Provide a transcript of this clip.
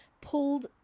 pulled